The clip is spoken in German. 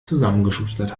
zusammengeschustert